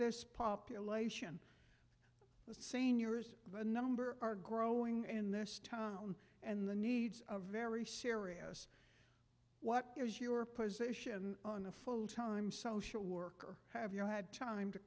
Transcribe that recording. this population seniors a number are growing in this town and the needs are very serious what is your position on a full time social worker have you had time to